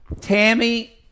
Tammy